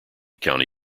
county